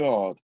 God